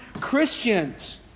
Christians